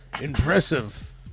impressive